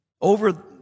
Over